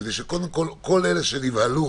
כדי שכל אלה שנבהלו